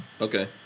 Okay